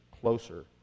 closer